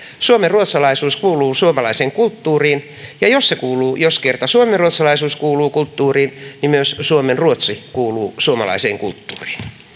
suomenruotsalaisuus kuuluu suomalaiseen kulttuuriin ja jos kerta suomenruotsalaisuus kuuluu kulttuuriin niin myös suomenruotsi kuuluu suomalaiseen kulttuuriin